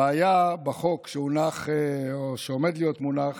הבעיה בחוק שעומד להיות מונח